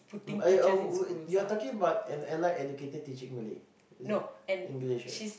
um eh uh you're talking about an allied educator teaching Malay is it English ah